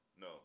No